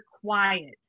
quiet